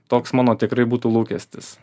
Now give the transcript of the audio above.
toks mano tikrai būtų lūkestis